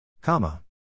Comma